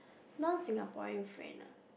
non Singaporean friend